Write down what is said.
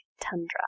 Tundra